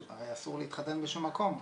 שהרי אסור להתחתן בשום מקום,